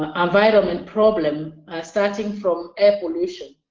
ah environment problems starting from air pollution.